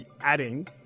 adding